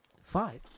Five